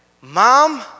Mom